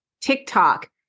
TikTok